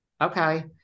okay